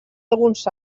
alguns